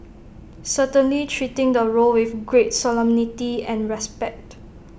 certainly treating the role with great solemnity and respect